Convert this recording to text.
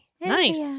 Nice